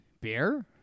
Beer